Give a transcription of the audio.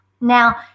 Now